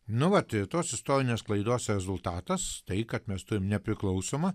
nu vat ir tos istorinės klaidos rezultatas tai kad mes turim nepriklausomą